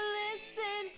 listen